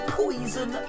poison